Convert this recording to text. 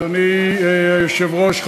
אדוני היושב-ראש,